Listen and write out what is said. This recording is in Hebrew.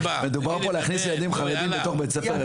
מדובר פה להכניס ילדים חרדים בתוך בית ספר חילוני?